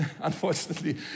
unfortunately